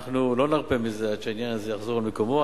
אנחנו לא נרפה מזה עד שהעניין הזה יחזור על מקומו.